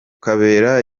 kabera